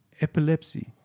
epilepsy